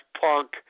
punk